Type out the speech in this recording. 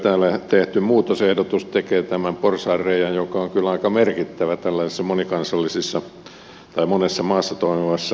täällä tehty muutosehdotus tekee tämän porsaanreiän joka on kyllä aika merkittävä tällaisessa monessa maassa toimivassa konsernissa poistamisen mahdolliseksi